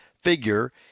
figure